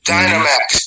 Dynamax